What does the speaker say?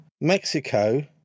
Mexico